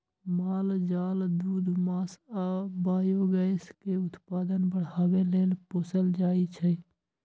माल जाल दूध मास आ बायोगैस के उत्पादन बढ़ाबे लेल पोसल जाइ छै